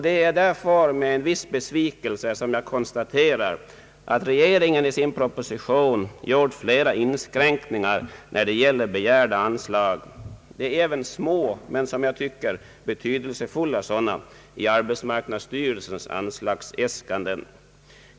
Det är därför med en viss besvikelse som jag konstaterar att regeringen i sin proposition gjort flera inskränkningar — även små men som jag tycker betydelsefulla sådana — i arbetsmarknadsstyrelsens anslagsäskanden.